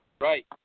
Right